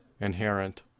inherent